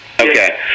okay